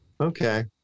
Okay